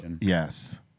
Yes